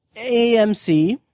AMC